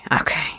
Okay